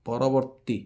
ପରବର୍ତ୍ତୀ